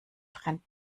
trennt